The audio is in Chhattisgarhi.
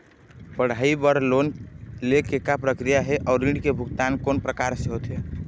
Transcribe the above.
पढ़ई बर लोन ले के का प्रक्रिया हे, अउ ऋण के भुगतान कोन प्रकार से होथे?